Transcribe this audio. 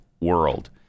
world